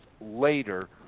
later